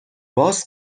باز